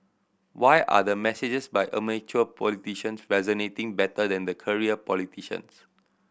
why are the messages by amateur politicians resonating better than the career politicians